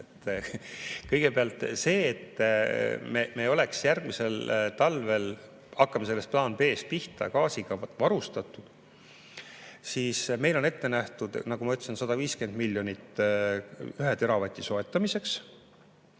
Kõigepealt see, et me oleks järgmisel talvel – hakkame sellest plaanist B pihta – gaasiga varustatud, on meil ette nähtud, nagu ma ütlesin, 150 miljonit 1 teravati soetamiseks,